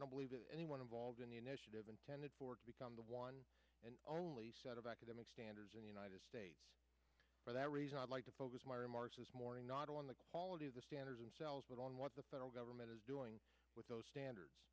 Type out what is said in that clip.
don't believe that anyone involved in the initiative intended for to become the one and only set of academic standards in the united states for that reason i'd like to focus my remarks this morning not on the quality of the standards and sells but on what the federal government is doing with those standards